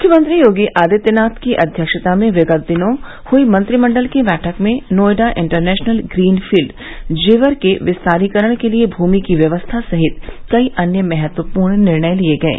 मुख्यमंत्री योगी आदित्यनाथ की अध्यक्षता में विगत दिनों हई मंत्रिमंडल की बैठक में Noida international green field Jewar के विस्तारीकरण के लिए भूमि की व्यवस्था सहित कई अन्य महत्वपूर्ण निर्णय लिये गये